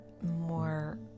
more